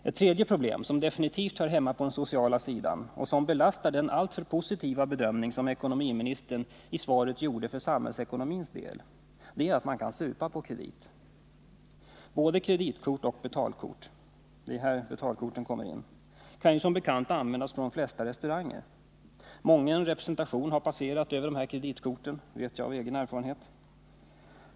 Ett tredje problem som definitivt hör hemma på den sociala sidan och som belastar den alltför positiva bedömning som ekonomiministern i svaret gjorde för samhällsekonomins del är att man kan supa på kredit. Både kreditkort och betalkort — det är här de sistnämnda kommer in — kan som bekant användas på de flesta restauranger. Mången representation har passerat över de här kreditkorten. Det vet jag av egen erfarenhet.